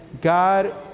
God